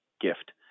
gift